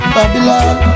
Babylon